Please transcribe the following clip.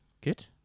Good